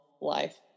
life